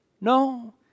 No